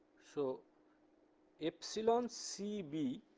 so epsilon cb.